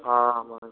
ஆ ஆமாம் சார்